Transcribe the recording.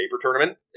tournament